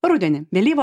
rudenį vėlyvą